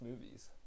movies